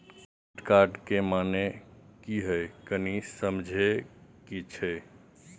Credit card के माने की हैं, कनी समझे कि छि?